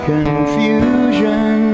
Confusion